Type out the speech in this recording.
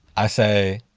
i say,